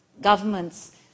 governments